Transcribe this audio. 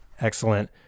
excellent